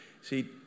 See